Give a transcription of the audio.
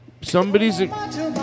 somebody's